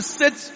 sit